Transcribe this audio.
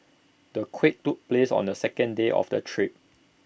the quake took place on the second day of the trip